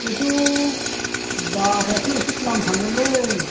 बेथ' भारायाथ' एसे द्लाम थांगोनलै